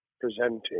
presenting